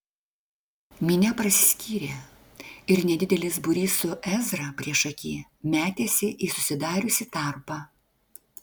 minia prasiskyrė ir nedidelis būrys su ezra priešaky metėsi į susidariusį tarpą